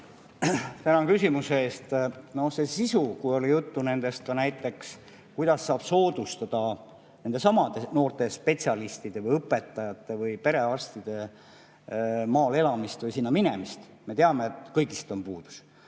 Tänan küsimuse eest! No see sisu, kui oli juttu näiteks sellest, kuidas saab soodustada nendesamade noorte spetsialistide ehk õpetajate või perearstide maal elamist või sinna minemist. Me teame, et kõigist on puudus.